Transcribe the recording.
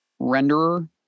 renderer